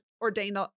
ordained